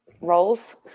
roles